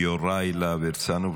יוראי להב הרצנו,